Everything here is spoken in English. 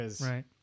Right